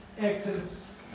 Exodus